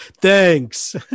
Thanks